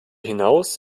hinaus